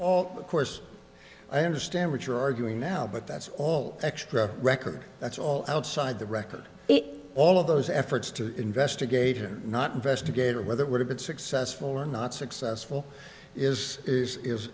just of course i understand what you're arguing now but that's all extra record that's all outside the record all of those efforts to investigate or not investigate whether it would have been successful or not successful is i